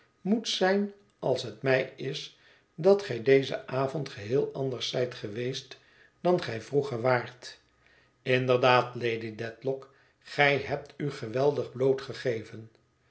moet zijn als het mij is dat gij dezen avond geheel anders zljt geweest dan gij vroeger waart inderdaad lady dedlock gij hebt u geweldig